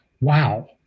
Wow